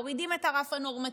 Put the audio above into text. מורידים את הרף הנורמטיבי,